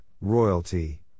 royalty